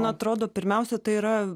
na atrodo pirmiausia tai yra